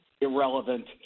irrelevant